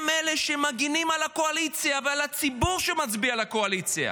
הם אלה שמגנים על הקואליציה ועל הציבור שמצביע לקואליציה.